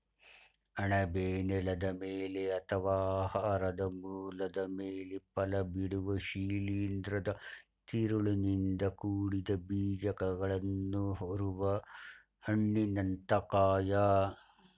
ಅಣಬೆ ನೆಲದ ಮೇಲೆ ಅಥವಾ ಆಹಾರ ಮೂಲದ ಮೇಲೆ ಫಲಬಿಡುವ ಶಿಲೀಂಧ್ರದ ತಿರುಳಿನಿಂದ ಕೂಡಿದ ಬೀಜಕಗಳನ್ನು ಹೊರುವ ಹಣ್ಣಿನಂಥ ಕಾಯ